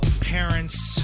parents